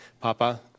Papa